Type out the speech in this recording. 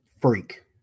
freak